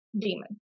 demon